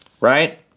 Right